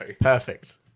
Perfect